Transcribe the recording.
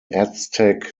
aztec